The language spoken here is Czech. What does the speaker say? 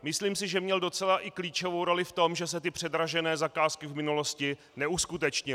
Myslím si, že měl docela i klíčovou roli v tom, že se předražené zakázky v minulosti neuskutečnily.